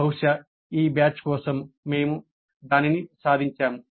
బహుశా ఈ బ్యాచ్ కోసం మేము దానిని సాధించాము